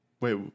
Wait